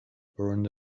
burned